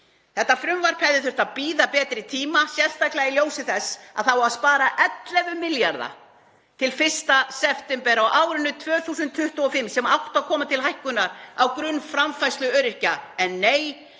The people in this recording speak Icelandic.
Þetta frumvarp hefði þurft að bíða betri tíma, sérstaklega í ljósi þess að það á að spara 11 milljarða til 1. september á árinu 2025 sem áttu að koma til hækkunar á grunnframfærslu öryrkja. En nei,